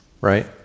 Right